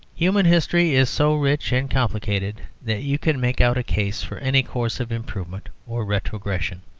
human history is so rich and complicated that you can make out a case for any course of improvement or retrogression.